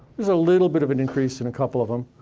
there's a little bit of an increase in a couple of em,